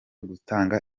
gutanga